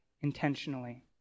intentionally